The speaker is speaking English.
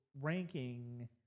ranking